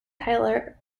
tyler